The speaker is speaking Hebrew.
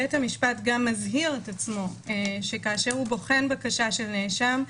בית המשפט גם מזהיר את עצמו שכאשר הוא בוחן בקשה של נאשם,